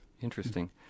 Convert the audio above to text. Interesting